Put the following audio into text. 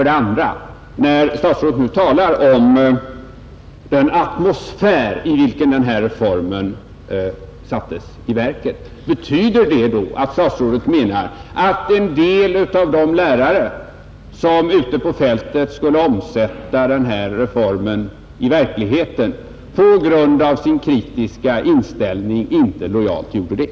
Den andra frågan är: När statsrådet nu talar om den atmosfär i vilken denna reform sattes i verket, betyder det då att statsrådet menar att en del av de lärare, som ute på fältet skulle omsätta denna reform i verkligheten, på grund av sin kritiska inställning inte lojalt gjorde det?